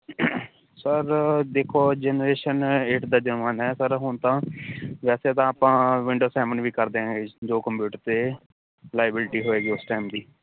sir ਦੇਖੋ generation eight ਦਾ ਜਮਾਨਾ ਹੈ ਸਰ ਹੁਣ ਤਾਂ ਵੈਸੇ ਤਾਂ ਆਪਾਂ ਵਿੰਡੋ ਸੈਵਨ ਵੀ ਕਰ ਦਿਆਂਗੇ ਜੋ ਕੰਪਿਊਟਰ 'ਤੇ ਰਿਲਾਏਬਿਲਟੀ ਹੋਏਗੀ ਉਸ ਟਾਈਮ ਦੀ